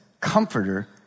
comforter